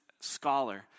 scholar